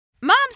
moms